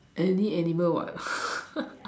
any animal what